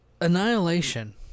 Annihilation